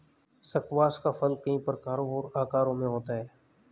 squash का फल कई प्रकारों और आकारों में होता है